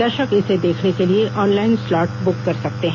दर्शक इसे देखने के लिए ऑनलाइन स्लॉट बुक कर सकते हैं